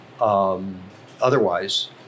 Otherwise